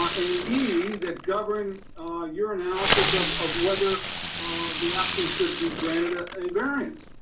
and e that govern your analysis of of whether the applicant should be granted ah a variance.